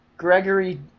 Gregory